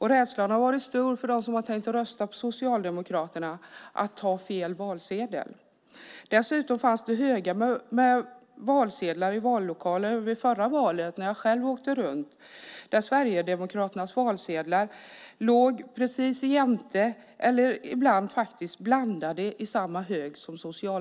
Hos dem som har tänkt rösta på Socialdemokraterna har rädslan varit stor för att ta fel valsedel. Dessutom fanns det vid förra valet, när jag själv åkte runt, högar med valsedlar i vallokalerna. Sverigedemokraternas valsedlar låg ibland precis jämte Socialdemokraternas. Ibland var de faktiskt blandade i samma hög.